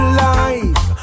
life